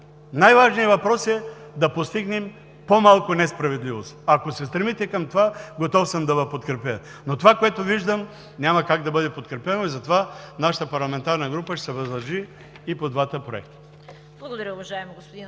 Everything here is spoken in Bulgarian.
Най-важният въпрос е да постигнем по-малко несправедливост. Ако се стремите към това, готов съм да Ви подкрепя. Но това, което виждам, няма как да бъде подкрепено и затова нашата парламентарна група ще се въздържи и по двата проекта.